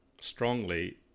strongly